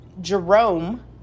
Jerome